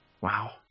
Wow